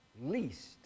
least